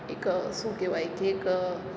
એક શું કહેવાય કે એક